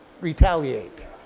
retaliate